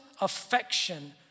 affection